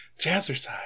Jazzercise